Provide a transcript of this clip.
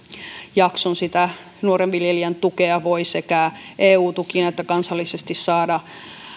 jakson sitä nuoren viljelijän tukea voi sekä eu tukina että kansallisesti saada